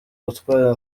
gutwara